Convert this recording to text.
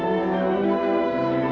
or